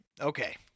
Okay